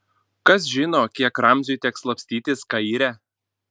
kas žino kiek ramziui teks slapstytis kaire